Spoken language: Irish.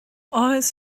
áthas